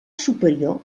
superior